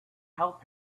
help